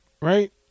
Right